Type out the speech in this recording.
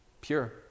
pure